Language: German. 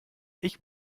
ich